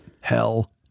hell